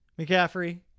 McCaffrey